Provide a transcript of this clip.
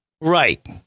Right